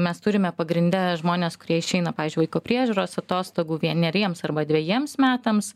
mes turime pagrinde žmones kurie išeina pavyzdžiui vaiko priežiūros atostogų vieneriems arba dvejiems metams